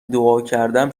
دعاکردم